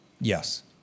Yes